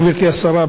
גברתי השרה,